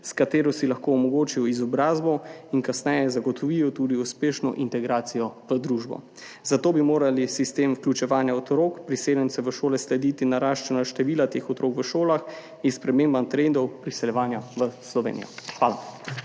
s katerim si lahko omogočijo izobrazbo in kasneje zagotovijo tudi uspešno integracijo v družbo. Zato bi moral sistem vključevanja otrok priseljencev v šole slediti naraščanju števila teh otrok v šolah in spremembam trendov priseljevanja v Slovenijo. Hvala.